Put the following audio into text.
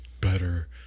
better